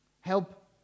Help